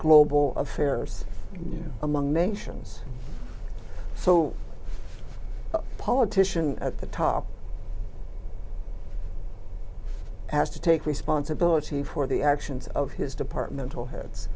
global affairs among nations so a politician at the top has to take responsibility for the actions of his departmental heads